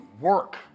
work